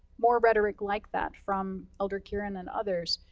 more rhetoric like that from elder kearon and others,